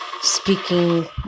speaking